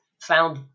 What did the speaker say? found